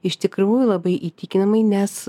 iš tikrųjų labai įtikinamai nes